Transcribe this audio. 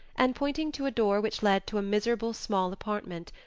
and pointing to a door which led to a miserable, small apartment,